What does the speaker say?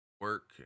work